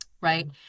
right